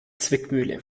zwickmühle